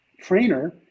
trainer